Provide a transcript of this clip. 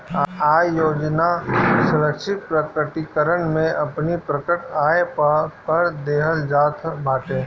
आय योजना स्वैच्छिक प्रकटीकरण में अपनी प्रकट आय पअ कर देहल जात बाटे